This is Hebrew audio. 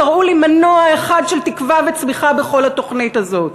תראו לי מנוע אחד של תקווה וצמיחה בכל התוכנית הזאת,